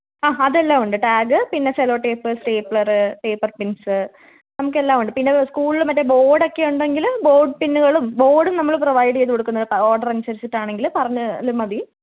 ആഹ് അതെല്ലാം ഉണ്ട് ടാഗ് പിന്നെ sellotape stapler paper pins നമുക്ക് എല്ലാം ഉണ്ട് പിന്നെ സ്കൂളില് മറ്റെ ബോഡ് ഒക്കെ ഉണ്ടെങ്കിൽ ബോഡ് പിന്ന്കളും ബോഡും നമ്മൾ പ്രൊവൈഡ് ചെയ്ത് കൊടുക്കുന്നൊ ഓഡർ അനുസരിച്ചിട്ട് ആണെങ്കിലും പറഞ്ഞാലും മതി